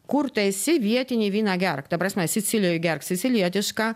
kur tu esi vietinį vyną gerk ta prasme sicilijoj gerk sicilietišką